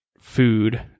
food